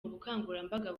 ubukangurambaga